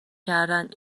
کردن